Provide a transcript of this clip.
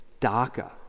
DACA